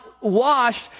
washed